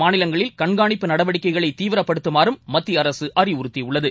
மாநிலங்களில் கண்காணிப்பு நடவடிக்கைகளை தீவிரப்படுத்தமாறும் மத்திய இந்த அறிவுறுத்தியுள்ளது